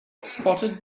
spotted